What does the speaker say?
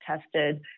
tested